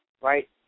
right